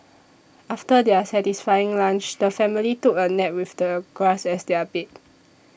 after their satisfying lunch the family took a nap with the grass as their bed